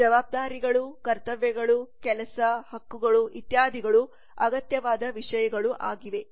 ಜವಾಬ್ದಾರಿಗಳು ಕರ್ತವ್ಯಗಳು ಕೆಲಸ ಹಕ್ಕುಗಳು ಇತ್ಯಾದಿಗಳು ಅಗತ್ಯವಾದ ವಿಷಯಗಳು ಆಗಿವೆ